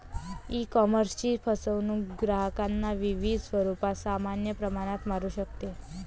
ईकॉमर्सची फसवणूक ग्राहकांना विविध स्वरूपात समान प्रमाणात मारू शकते